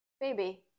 baby